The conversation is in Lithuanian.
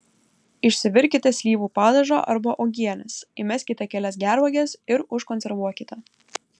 išsivirkite slyvų padažo arba uogienės įmeskite kelias gervuoges ir užkonservuokite